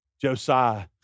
Josiah